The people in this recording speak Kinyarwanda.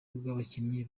rw’abakinnyi